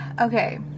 Okay